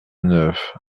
neuf